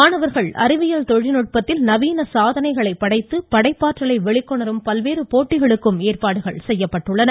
மாணவர்கள் அறிவியல் தொழில்நுட்பத்தில் நவீன சாதனைகளை படைத்து படைப்பாற்றலை வெளிக்கொணரும் பல்வேறு போட்டிகளுக்கு ஏற்பாடு செய்யப்பட்டுள்ளது